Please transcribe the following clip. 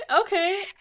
okay